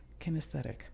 Kinesthetic